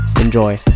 Enjoy